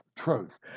truth